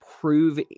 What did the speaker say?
prove